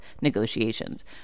negotiations